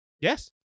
Yes